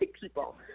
people